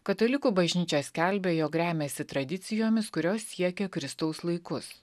katalikų bažnyčia skelbia jog remiasi tradicijomis kurios siekia kristaus laikus